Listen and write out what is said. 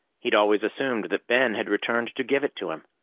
he'd always assumed that ben had returned to give it to him.